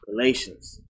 Galatians